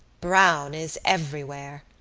browne is everywhere,